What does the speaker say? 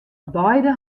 beide